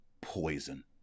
poison